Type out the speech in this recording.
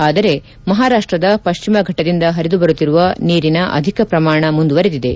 ಆದರೆ ಮಹಾರಾಷ್ಟದ ಪಶ್ಚಿಮ ಘಟ್ಟದಿಂದ ಹರಿದುಬರುತ್ತಿರುವ ನೀರಿನ ಅಧಿಕ ಪ್ರಮಾಣ ಮುಂದುವರೆದಿದೆ